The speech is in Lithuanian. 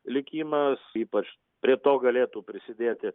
likimas ypač prie to galėtų prisidėti